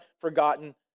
forgotten